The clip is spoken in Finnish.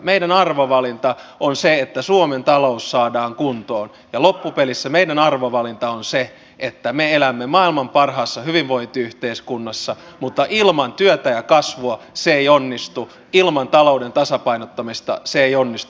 meidän arvovalintamme on se että suomen talous saadaan kuntoon ja loppupelissä meidän arvovalintamme on se että me elämme maailman parhaassa hyvinvointiyhteiskunnassa mutta ilman työtä ja kasvua se ei onnistu ilman talouden tasapainottamista se ei onnistu